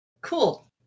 Cool